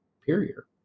superior